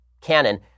canon